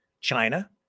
China